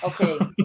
Okay